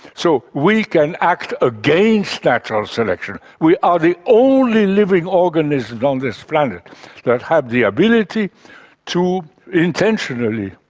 so we can act against natural selection. we are the only living organism on this planet that has the ability to intentionally,